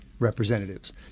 representatives